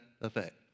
effect